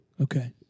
Okay